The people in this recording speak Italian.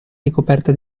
ricoperta